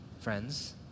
friends